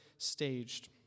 staged